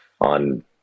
on